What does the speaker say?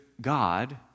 God